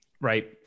right